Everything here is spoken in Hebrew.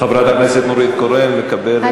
חברת הכנסת נורית קורן מקבלת.